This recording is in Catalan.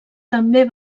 també